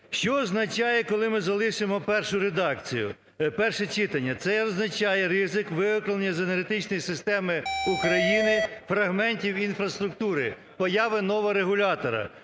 Що означає, коли ми залишимо першу редакцію, перше читання? Це означає ризик виокремплення з енергетичної системи України фрагментів інфраструктури, появи нового регулятора.